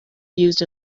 used